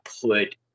put